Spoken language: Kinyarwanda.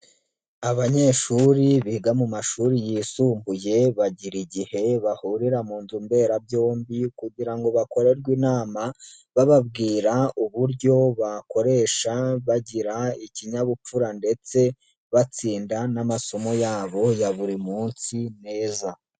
Abanyeshuri biga mu mashuri yisumbuye, bagira igihe bahurira mu nzu mberabyombi kugira ngo bakorerwe inama, bababwira uburyo bakoresha bagira ikinyabupfura ndetse batsinda n'amasomo yabo ya buri munsi neza.